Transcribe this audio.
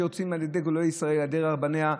שיוצאים על ידי גדולי ישראל ועל ידי רבניה,